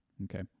Okay